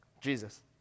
Jesus